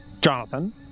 Jonathan